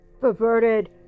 perverted